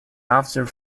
after